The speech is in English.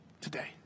today